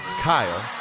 Kyle